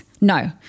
No